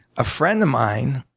a friend of mine,